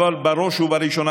אבל בראש ובראשונה,